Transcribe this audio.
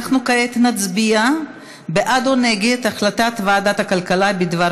אנחנו כעת נצביע בעד או נגד החלטת ועדת הכלכלה בדבר